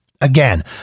Again